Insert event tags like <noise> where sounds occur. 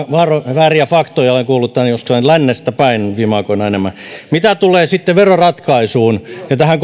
vääriä faktoja olen kuullut tämän jostain lännestä päin viime aikoina enemmän mitä tulee sitten veroratkaisuun ja tähän <unintelligible>